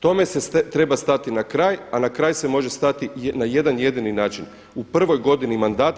Tome se treba stati na kraj, a na kraj se može stati na jedan jedini način u prvoj godini mandata.